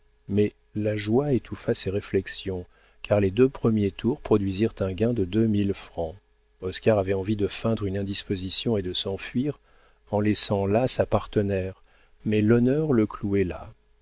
mais la joie étouffa ces réflexions car les deux premiers tours produisirent un gain de deux mille francs oscar avait envie de feindre une indisposition et de s'enfuir en laissant là sa partenaire mais l'honneur le clouait là